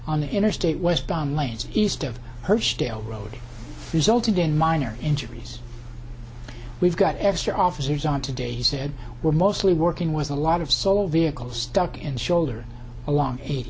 on the interstate was lanes east of her stale road resulted in minor injuries we've got extra officers on today he said we're mostly working was a lot of soul vehicles stuck and shoulder a long